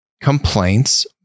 complaints